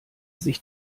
sich